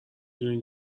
دونین